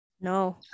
No